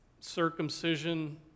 circumcision